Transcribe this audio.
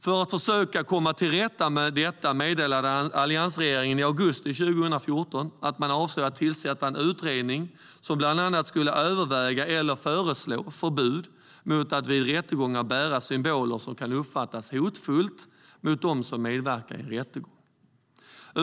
För att försöka komma till rätta med det meddelade alliansregeringen i augusti 2014 att man avsåg att tillsätta en utredning som bland annat skulle överväga eller föreslå förbud mot att vid rättegång bära symboler som av dem som medverkar i rättegången kan uppfattas som hotfulla.